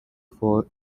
for